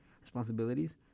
responsibilities